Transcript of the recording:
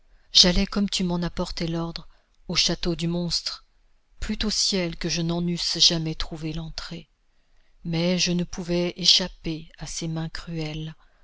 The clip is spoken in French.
j'allai comme tu m'en apportais l'ordre au château du monstre plût au ciel que je n'en eusse jamais trouvé l'entrée mais je ne pouvais échapper à ses mains cruelles